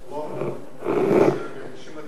אתם לא רואים את המציאות.